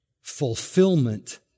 fulfillment